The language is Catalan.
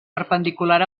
perpendicular